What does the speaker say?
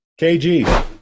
KG